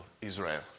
Israel